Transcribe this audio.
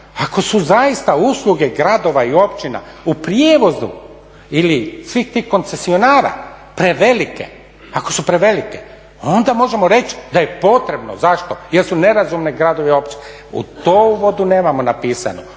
ako su zaista usluge gradova i općina u prijevozu ili svih tih koncesionara prevelike, ako su prevelike onda možemo reći da je potrebno. Zašto? Jer su nerazumne gradovi i općine, to u uvodu nemamo napisano.